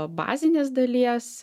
bazinės dalies